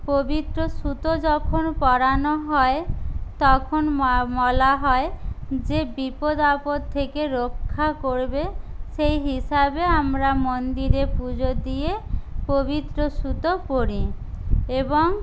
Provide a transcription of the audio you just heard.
পবিত্র সুতো যখন পরানো হয় তখন বলা হয় যে বিপদ আপদ থেকে রক্ষা করবে সেই হিসাবে আমরা মন্দিরে পুজো দিয়ে পবিত্র সুতো পরি এবং